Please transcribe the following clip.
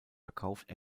verkauft